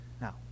Now